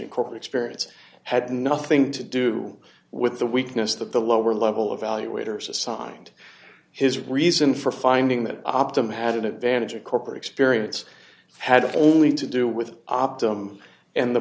experience had nothing to do with the weakness that the lower level of value waiters assigned his reason for finding that optimum had an advantage of corporate experience had only to do with optum and the